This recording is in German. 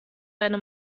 deine